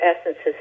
essences